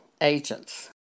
agents